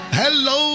hello